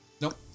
Nope